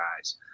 guys